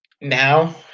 Now